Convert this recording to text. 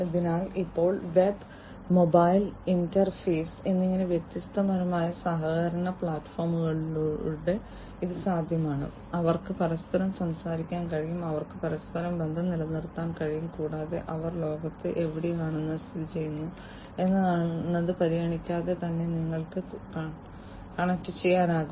അതിനാൽ ഇപ്പോൾ web mobile interface എന്നിങ്ങനെ വ്യത്യസ്തമായ സഹകരണ പ്ലാറ്റ്ഫോമുകളിലൂടെ ഇത് സാധ്യമാണ് അവർക്ക് പരസ്പരം സംസാരിക്കാൻ കഴിയും അവർക്ക് പരസ്പരം ബന്ധം നിലനിർത്താൻ കഴിയും കൂടാതെ അവർ ലോകത്ത് എവിടെയാണ് സ്ഥിതിചെയ്യുന്നത് എന്നത് പരിഗണിക്കാതെ തന്നെ നിങ്ങൾക്ക് കണക്റ്റുചെയ്യാനാകും